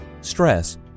stress